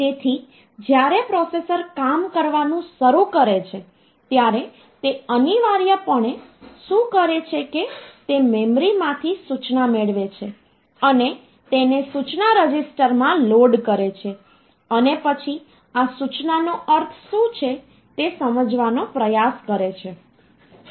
તેથી જ્યારે પ્રોસેસર કામ કરવાનું શરૂ કરે છે ત્યારે તે અનિવાર્યપણે શું કરે છે કે તે મેમરીમાંથી સૂચના મેળવે છે અને તેને સૂચના રજિસ્ટરમાં લોડ કરે છે અને પછી આ સૂચનાનો અર્થ શું છે તે સમજવાનો પ્રયાસ કરે છે